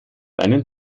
einen